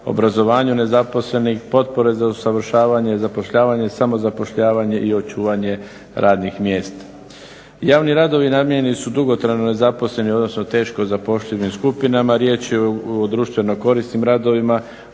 obrazovanju nezaposlenih, potpore za usavršavanje zapošljavanja i samozapošljavanje i očuvanje radnih mjesta. Javni radovi namijenjeni su dugotrajno nezaposlenim, odnosno teško zapošljivim skupinama. Riječ je o društveno korisnim radovima